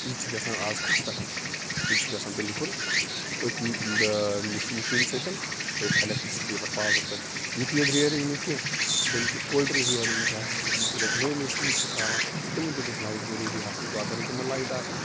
یہِ چھِ گَژھان اَز کَتھ پٮ۪ٹھ یہِ تہِ چھِ گَژھان بَلکُل أتھۍ مِشیٖن مِشیٖن سۭتۍ أتھۍ اِلیٚکٹرکسِٹی پٮ۪ٹھ پاورس پٮ۪ٹھ یُتٕے یوت رِیرنگ نہٕ کیٚنٛہہ بٔلکہِ پولٹِری رِیرنگ چھَ اَسہِ ییٚلہِ أسۍ نٔے نٔے پوٗتۍ چھِ تَراوان تِمن تہِ گَژھِ لایٹ ضروٗری آسنۍ گوٚو اگر نہٕ تِمن لایِت آسیٚن